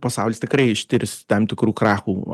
pasaulis tikrai ištirsi tam tikrų krachų